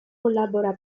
collabora